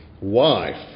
wife